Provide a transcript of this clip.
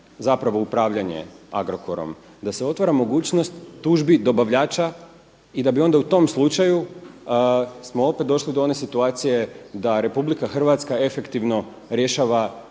zapravo upravljanje Agrokorom, da se otvara mogućnost tužbi dobavljača i da bi onda u tom slučaju smo opet došli do one situacije da Republika Hrvatska efektivno rješava,